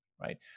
right